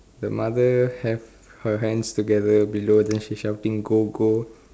the mother have her hands together below then she shouting go go